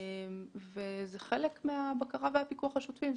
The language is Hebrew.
זה חלק מהבקרה והפיקוח השוטפים.